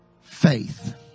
faith